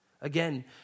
Again